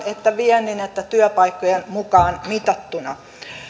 että viennin että työpaikkojen mukaan mitattuna